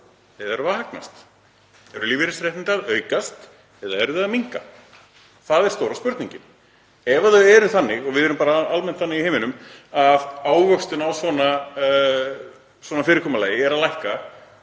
eða erum við að hagnast? Eru lífeyrisréttindi að aukast eða eru þau að minnka? Það er stóra spurningin. Ef þau eru þannig, og við erum bara almennt þannig í heiminum að ávöxtun á svona fyrirkomulagi er að lækka,